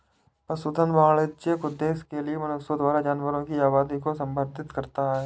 पशुधन वाणिज्यिक उद्देश्य के लिए मनुष्यों द्वारा जानवरों की आबादी को संदर्भित करता है